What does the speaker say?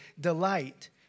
delight